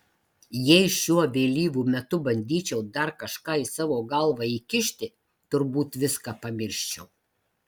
jei šiuo vėlyvu metu bandyčiau dar kažką į savo galvą įkišti turbūt viską pamirščiau